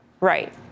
Right